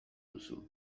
duzu